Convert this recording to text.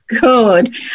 Good